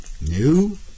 New